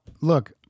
look